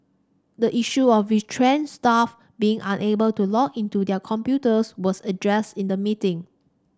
the issue of retrenched staff being unable to log into their computers was addressed in the meeting